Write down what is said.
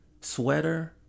sweater